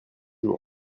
jours